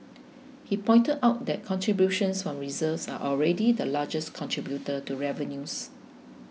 he pointed out that contributions from reserves are already the largest contributor to revenues